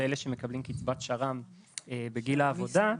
לאלה שמקבלים קצבת שר"מ בגיל העבודה,